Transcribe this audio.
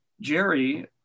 Jerry